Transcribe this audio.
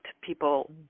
people